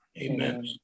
Amen